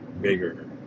bigger